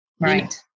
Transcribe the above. Right